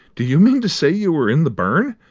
do you mean to say you were in the burn?